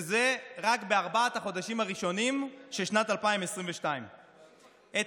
וזה רק בארבעת החודשים הראשונים של שנת 2022. את